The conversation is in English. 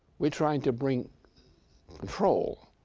we're trying to bring control,